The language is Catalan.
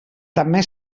també